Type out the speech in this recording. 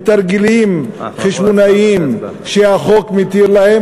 בתרגילים חשבונאיים שהחוק מתיר להן,